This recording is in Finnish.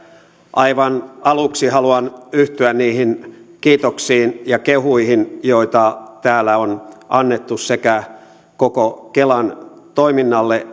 aivan aluksi haluan yhtyä niihin kiitoksiin ja kehuihin joita täällä on annettu sekä koko kelan toiminnalle